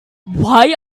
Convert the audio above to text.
why